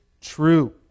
true